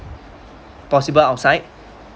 possible outside